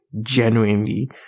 genuinely